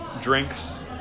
drinks